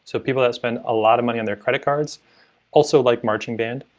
so people that spend a lot of money on their credit cards also like marching band,